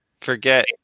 Forget